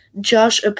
Josh